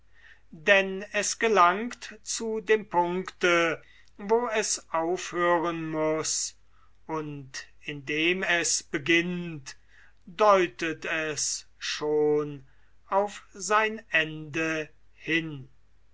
denn es gelangt zu dem punkte wo es aufhören muß und indem es beginnt deutet es auf sein ende hin